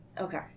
Okay